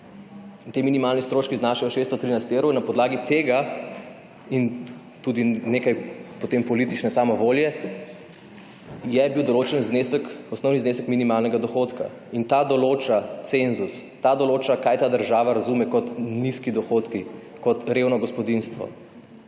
ti minimalni stroški znašajo 613 evrov in na podlagi tega in tudi nekaj potem politične samovolje je bil določen znesek, osnovni znesek minimalnega dohodka in ta določa cenzus, ta določa kaj ta država razume kot nizki dohodki kot revno gospodinjstvo.